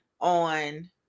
on